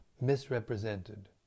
misrepresented